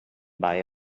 buy